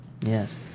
Yes